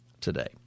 today